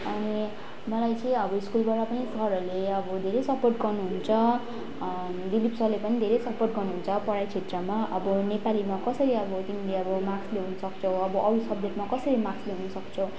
अनि मलाई चाहिँ अब स्कुलबाट पनि सरहरूले अब धेरै सपोर्ट गर्नुहुन्छ दिलिप सरले पनि धेरै सपोर्ट गर्नुहुन्छ पढाइ क्षेत्रमा अब नेपालीमा कसरी अब तिमीले अब मार्क्स ल्याउन सक्छौ अब अरू सब्जेक्टमा कसरी मार्क्स ल्याउन सक्छौ